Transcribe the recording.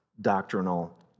doctrinal